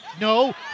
no